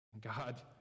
God